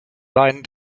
seinen